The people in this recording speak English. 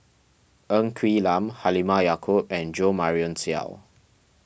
Ng Quee Lam Halimah Yacob and Jo Marion Seow